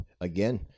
again